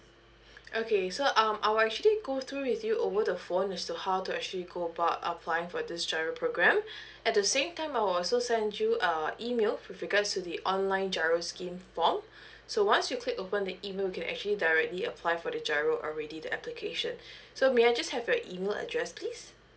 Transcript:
okay so um I will actually go through with you over the phone as to how to actually go about applying for this GIRO program at the same time I will also send you uh email with regards to the online GIRO scheme form so once you click open the email you can actually directly apply for the GIRO already the application so may I just have your email address please